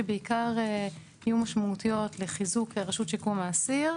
שבעיקר יהיו משמעותיות לחיזוק רשות שיקום האסיר,